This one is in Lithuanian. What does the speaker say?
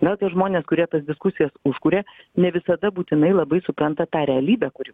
gal tie žmonės kurie tas diskusijas užkuria ne visada būtinai labai supranta tą realybę kuri